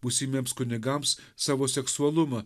būsimiems kunigams savo seksualumą